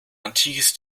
antikes